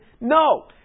No